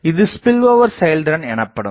இது ஸ்பில்ஓவர் செயல்திறன் எனப்படும்